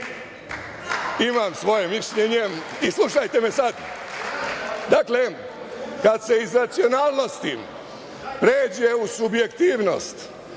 imam svoje mišljenje i slušajte me sad. Dakle, kad se iz nacionalnosti pređe u subjektivnost,